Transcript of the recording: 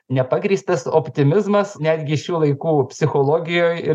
nepagrįstas optimizmas netgi šių laikų psichologijoj ir